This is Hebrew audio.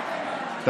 אני אקח אותך.